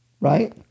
right